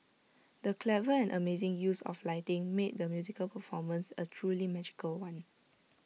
the clever and amazing use of lighting made the musical performance A truly magical one